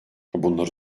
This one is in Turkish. bunları